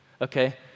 okay